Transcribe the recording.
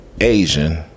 Asian